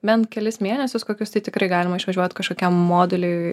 bent kelis mėnesius kokius tai tikrai galima išvažiuot kažkokiam moduliui